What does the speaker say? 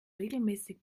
regelmäßig